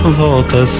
volta